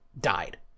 died